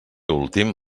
últim